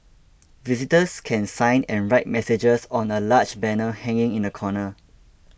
visitors can sign and write messages on a large banner hanging in the corner